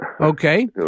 Okay